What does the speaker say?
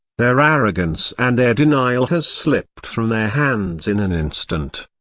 their arrogance and their denial has slipped from their hands in an instant.